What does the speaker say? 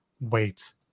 wait